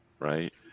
Right